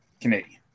Canadian